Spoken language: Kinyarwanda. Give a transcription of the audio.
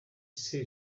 ese